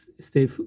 stay